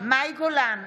מאי גולן,